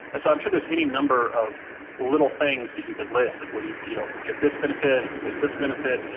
i'm sure there's any number of little things that you could list like, well, you you don't get this benefit and you miss this benefit,